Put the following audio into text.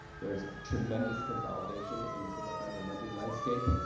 there is tremendous consolidation in the single-family lending landscape.